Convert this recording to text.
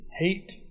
hate